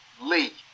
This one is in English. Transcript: Lee